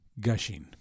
GUSHING